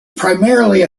primarily